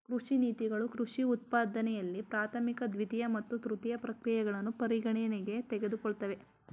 ಕೃಷಿ ನೀತಿಗಳು ಕೃಷಿ ಉತ್ಪಾದನೆಯಲ್ಲಿ ಪ್ರಾಥಮಿಕ ದ್ವಿತೀಯ ಮತ್ತು ತೃತೀಯ ಪ್ರಕ್ರಿಯೆಗಳನ್ನು ಪರಿಗಣನೆಗೆ ತೆಗೆದುಕೊಳ್ತವೆ